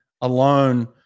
alone